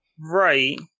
Right